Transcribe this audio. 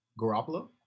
Garoppolo